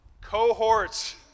cohorts